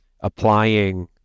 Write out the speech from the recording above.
applying